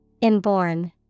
Inborn